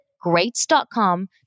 Greats.com